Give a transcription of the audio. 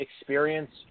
experience